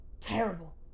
terrible